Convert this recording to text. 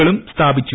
കളും സ്ഥാപിച്ചു